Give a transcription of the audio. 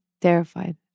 terrified